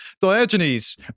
Diogenes